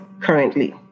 currently